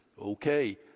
okay